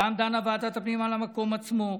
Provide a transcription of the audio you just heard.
פעם דנה ועדת הפנים על המקום עצמו,